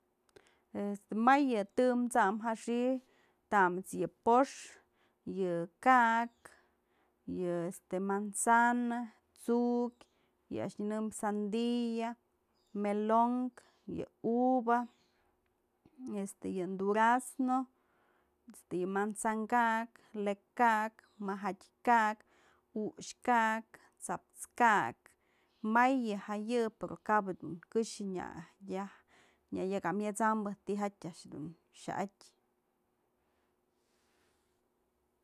Este may yë tëm sam ja xi'i tamës yë pox, yë ka'ak, yë este manzana, tsu'ukyë, yë a'ax nyënëmbyë sandia, melon, yë uva, este yë durazno, este yë manzana ka'ak, le'ek ka'ak, maja'adë ka'ak, u'uxë ka'ak, t'saps ka'ak may yë ja yë pero kap dun këxë ñya yaj, ñya yak jëmyët'sambë tyjatë a'ax dun xya'atyë.